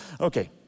Okay